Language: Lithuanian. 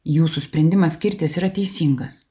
jūsų sprendimas skirtis yra teisingas